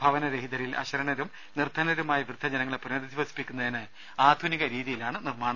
ഭവനരഹിതരിൽ അശരണരും നിർധനരുമായ വൃദ്ധജനങ്ങളെ പുനരധിവസിപ്പിക്കുന്നതിന് ആധുനിക രീതിയിലാണ് നിർമ്മാ ണം